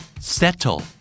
Settle